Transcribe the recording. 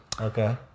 Okay